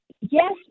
yes